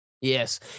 Yes